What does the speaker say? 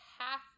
half